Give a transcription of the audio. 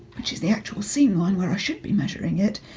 which is the actual seam line, where i should be measuring it,